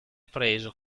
preso